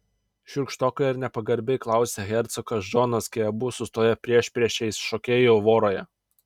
šiurkštokai ir nepagarbiai klausia hercogas džonas kai abu sustoja priešpriešiais šokėjų voroje